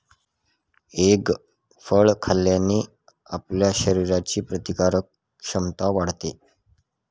egg फळ खाल्ल्याने आपल्या शरीराची रोगप्रतिकारक क्षमता वाढते